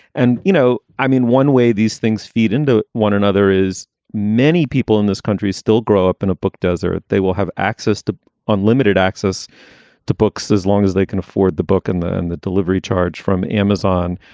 and, you know, i mean, one way these things feed into one another is many people in this country still grow up in a book desert. they will have access to unlimited access to books as long as they can afford the book. and then and the delivery charge from amazon,